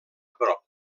prop